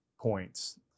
points